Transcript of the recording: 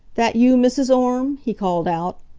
that you, mrs. orme? he called out.